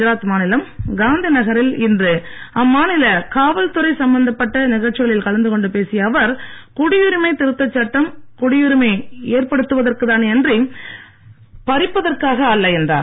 குஜராத் மாநிலம் காந்தி நகரில் இன்று அம்மாநில காவல்துறை சம்பந்தப்பட்ட நிகழ்ச்சிகளில் கலந்து கொண்டு பேசிய அவர் குடியுரிமை திருத்த சட்டம் குடியுரிமை ஏற்படுத்துவதற்கு தானே அன்றி பரிபதற்காக அல்ல என்றார்